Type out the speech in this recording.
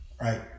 Right